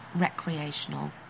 recreational